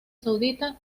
saudita